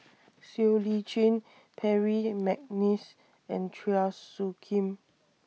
Siow Lee Chin Percy Mcneice and Chua Soo Khim